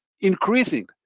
increasing